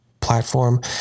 platform